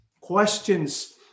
questions